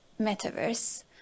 metaverse